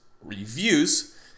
reviews